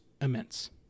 immense